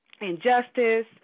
injustice